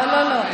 לא לא לא.